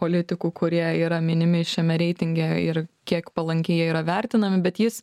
politikų kurie yra minimi šiame reitinge ir kiek palankiai jie yra vertinami bet jis